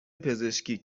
پزشکی